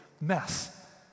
mess